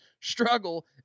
struggle